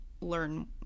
learn